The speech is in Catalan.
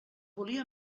volia